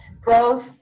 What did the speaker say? growth